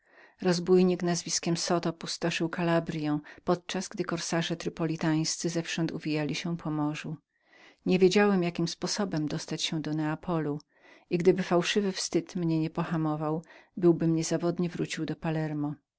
rozbójnik nazwiskiem zoto pustoszył kalabryę podczas gdy korsarze marokańscy zewsząd uwijali się po morzu niewiedziałem jakim sposobem dostać się do neapolu i gdyby fałszywy wstyd nie był mnie zatrzymał byłbym niezawodnie wrócił do palermo